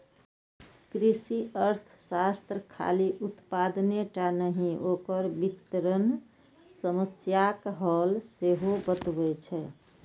कृषि अर्थशास्त्र खाली उत्पादने टा नहि, ओकर वितरण समस्याक हल सेहो बतबै छै